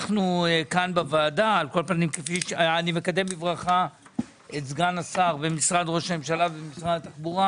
אני מקדם בברכה את סגן השר במשרד ראש הממשלה וסגן שרת התחבורה